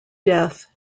death